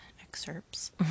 excerpts